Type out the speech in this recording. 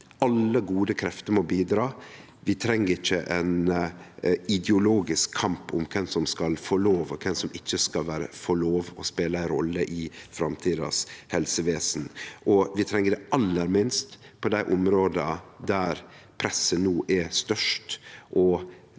Alle gode krefter må bidra. Vi treng ikkje ein ideologisk kamp om kven som skal få lov, og kven som ikkje skal få lov å spele ei rolle i helsevesenet i framtida, og vi treng det aller minst på dei områda der presset no er størst.